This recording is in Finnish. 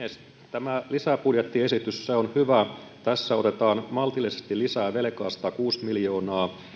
tämä lisäbudjettiesitys on hyvä tässä otetaan maltillisesti lisää velkaa satakuusi miljoonaa